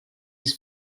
his